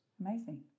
Amazing